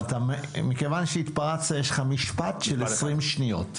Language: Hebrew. אבל מכיוון שהתפרצת יש לך משפט של 20 שניות.